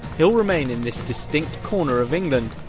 he'll remain in this distinct corner of england,